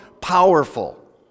powerful